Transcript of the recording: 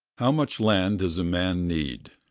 how much land does a man need?